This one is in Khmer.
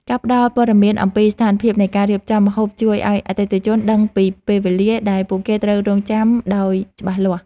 ការផ្ដល់ព័ត៌មានអំពីស្ថានភាពនៃការរៀបចំម្ហូបជួយឱ្យអតិថិជនដឹងពីពេលវេលាដែលពួកគេត្រូវរង់ចាំដោយច្បាស់លាស់។